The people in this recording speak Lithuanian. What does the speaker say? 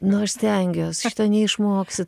nu aš stengiuos šito neišmoksi